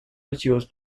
archivos